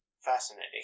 Fascinating